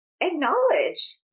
acknowledge